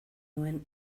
nuen